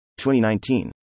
2019